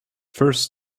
first